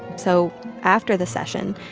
so after the session,